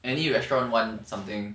any restaurant want something